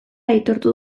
aitortu